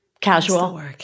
Casual